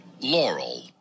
Laurel